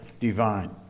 divine